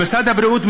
על משרד הבריאות,